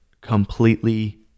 completely